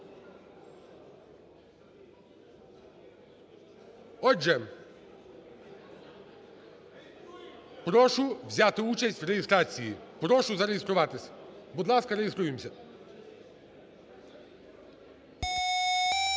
Отже, прошу взяти участь у реєстрації. Прошу зареєструватися. Будь ласка, реєструємося.